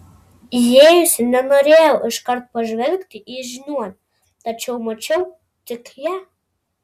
įėjusi nenorėjau iškart pažvelgti į žiniuonę tačiau mačiau tik ją